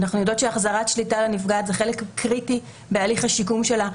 אנחנו יודעות שהחזרת שליטה לנפגעת זה חלק קריטי בהליך השיקום שלה,